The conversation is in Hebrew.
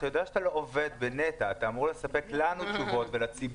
אתה יודע שאתה לא עובד בנת"ע ואתה אמור לספק לנו תשובות ולציבור,